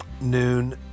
noon